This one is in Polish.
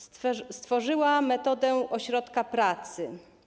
Stworzyła metodę ośrodków pracy.